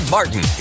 Martin